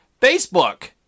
Facebook